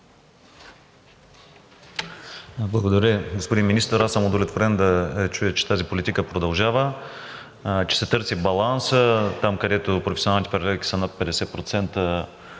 Благодаря, господин Министър. Аз съм удовлетворен да чуя, че тази политика продължава, че се търси баланс. Там, където професионалните паралелки са над 50%,